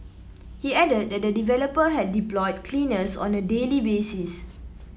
he added that the developer had deployed cleaners on a daily basis